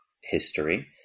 history